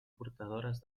portadores